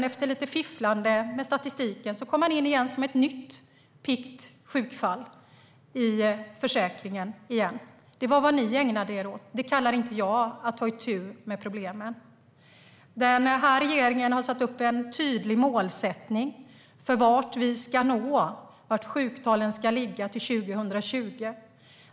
Efter lite fifflande med statistiken kom man in igen som ett nytt piggt sjukfall i försäkringen. Det var vad ni ägnade er åt. Det kallar inte jag för att ta itu med problemen. Den här regeringen har satt upp ett tydligt mål för vart vi ska nå och var sjuktalen ska ligga till 2020.